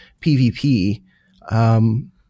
PVP